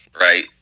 right